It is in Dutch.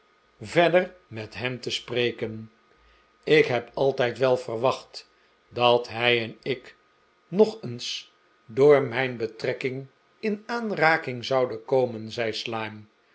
verder met hem te spreken ik heb altijd wel verwacht dat hij en ik nog eens door mijn betrekking in aanraking zouden komen zei slyme